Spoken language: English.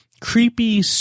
creepy